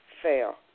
Fail